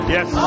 Yes